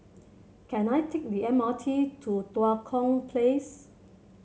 can I take the M R T to Tua Kong Place